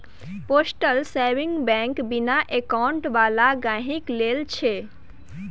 postal saving bank बिना account बला गहिंकी लेल छै